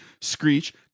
Screech